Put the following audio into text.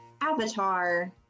Avatar